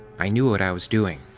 i knew what i was doing.